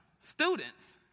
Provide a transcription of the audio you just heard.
students